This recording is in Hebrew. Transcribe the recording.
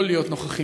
מה?